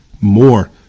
more